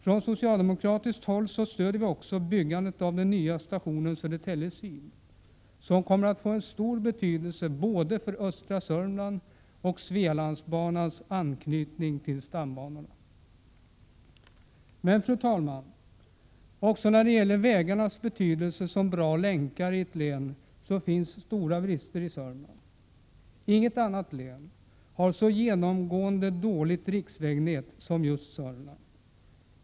Från socialdemokratiskt håll stödjer vi också byggandet av den nya stationen Södertälje Syd, som kommer att få stor betydelse både för östra Södermanland och Svealandsbanans anknytning till stambanorna. Men, fru talman, också när det gäller vägarnas betydelse som bra länkar i ett län finns stora brister i Södermanland. Inget annat län har genomgående så dåligt riksvägnät som just Södermanland.